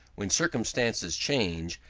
when circumstances change,